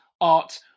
art